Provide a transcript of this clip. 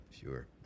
Sure